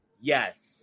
yes